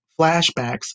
flashbacks